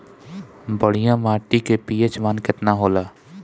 बढ़िया माटी के पी.एच मान केतना होला?